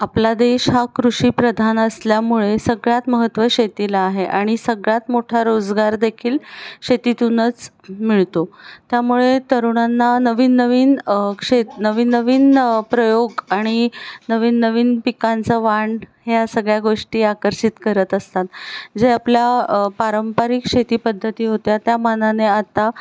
आपला देश हा कृषीप्रधान असल्यामुळे सगळ्यात महत्त्व शेतीला आहे आणि सगळ्यात मोठा रोजगार देखील शेतीतूनच मिळतो त्यामुळे तरुणांना नवीन नवीन क्षेत नवीन नवीन प्रयोग आणि नवीन नवीन पिकांचं वाण ह्या सगळ्या गोष्टी आकर्षित करत असतात जे आपल्या पारंपरिक शेतीपद्धती होत्या त्या मानाने आता